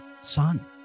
son